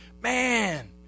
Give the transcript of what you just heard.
man